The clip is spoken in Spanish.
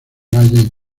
valle